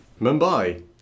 Mumbai